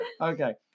Okay